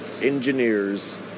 engineers